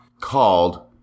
called